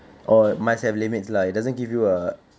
or must have limits lah it doesn't give you a